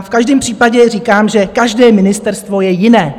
V každém případě říkám, že každé ministerstvo je jiné.